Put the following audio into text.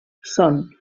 són